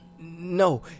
No